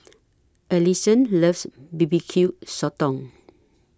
Alison loves B B Q Sotong